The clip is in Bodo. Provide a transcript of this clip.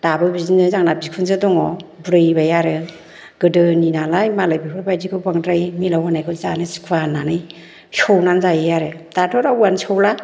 दाबो बिदिनो जोंना बिखुनजो दङ बुरैबाय आरो गोदोनि नालाय मालाय बेफोरबायदिखौ बांद्राय मिलाव होनायखौ जानो सुखुवा होननानै सौनानै जायो आरो दाथ' रावबोआनो सौला